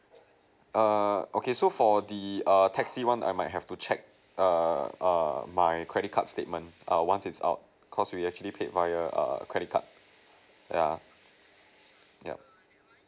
err okay so for the err taxi one I might have to check err err my credit card statement err once it's out because we actually paid via err credit card yeah yup